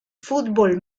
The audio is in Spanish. fútbol